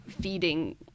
feeding